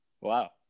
Wow